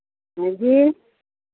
जी